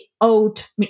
Old